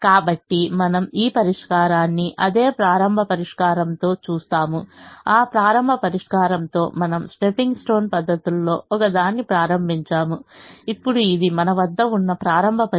కాబట్టి మనము ఈ పరిష్కారాన్ని అదే ప్రారంభ పరిష్కారంతో చూస్తాము ఆ ప్రారంభ పరిష్కారంతో మనము స్టెప్పింగ్ స్టోన్ పద్ధతుల్లో ఒకదాన్ని ప్రారంభించాము ఇప్పుడు ఇది మన వద్ద ఉన్న ప్రారంభ పరిష్కారం